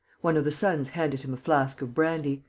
one of the sons handed him a flask of brandy.